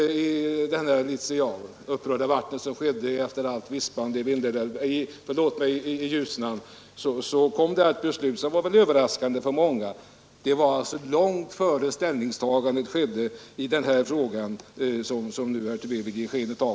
Det rördes upp en hel del vatten i samband med vispandet i Ljusnan, och beslutet om Kalixälven var överraskande för många. Men allt detta hände alltså i en annan tidsföljd än herr Tobé nu vill ge sken av.